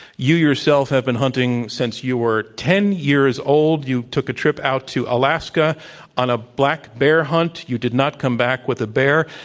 you yourself have been hunting since you were ten years old. you took a trip out to alaska on a black bear hunt. you did not come back with a bear.